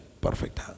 perfect